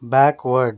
backward